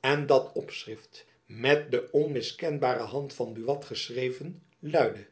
en dat opschrift met de onmiskenbare hand van buat geschreven luidde